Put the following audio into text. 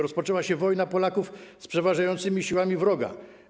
Rozpoczęła się wojna Polaków z przeważającymi siłami wroga.